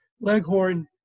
Leghorn